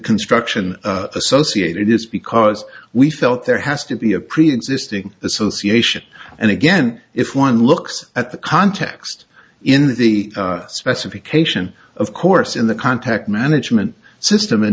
construction associated is because we felt there has to be a preexisting association and again if one looks at the context in the specification of course in the contact management system